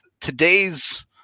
today's